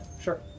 sure